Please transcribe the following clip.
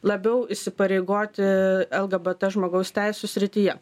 labiau įsipareigoti lgbt žmogaus teisių srityje